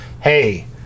hey